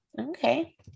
Okay